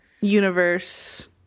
Universe